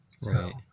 Right